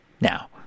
Now